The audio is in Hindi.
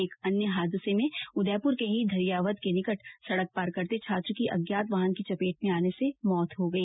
एक अन्य हादसे में उदयपुर के ही धरियावद के निकट सड़क पार करते छात्र की अज्ञात वाहन की चपेट में आने से उसकी मौत हो गई